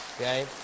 Okay